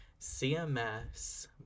CMS